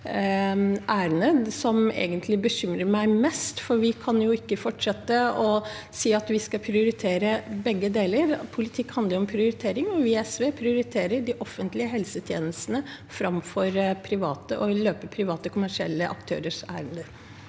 ærend på som egentlig bekymrer meg mest, for vi kan jo ikke fortsette å si at vi skal prioritere begge deler. Politikk handler om prioritering, og vi i SV prioriterer de offentlige helsetjenestene framfor private og å løpe private kommersielle aktørers ærend.